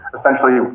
Essentially